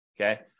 Okay